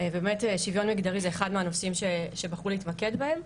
ובאמת שוויון מגדי זה אחד מהנושאים שבחרו להתמקד בהם.